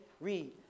Read